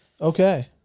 Okay